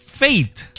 faith